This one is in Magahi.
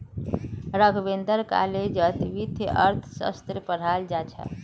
राघवेंद्र कॉलेजत वित्तीय अर्थशास्त्र पढ़ाल जा छ